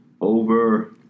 Over